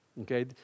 okay